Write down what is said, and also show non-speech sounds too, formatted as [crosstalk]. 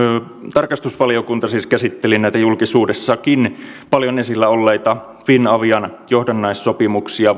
tarkastusvaliokunta siis käsitteli näitä julkisuudessakin paljon esillä olleita finavian johdannaissopimuksia [unintelligible]